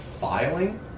filing